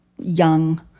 young